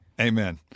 Amen